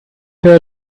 her